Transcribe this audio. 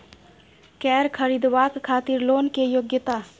कैर खरीदवाक खातिर लोन के योग्यता?